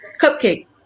Cupcake